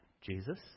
Jesus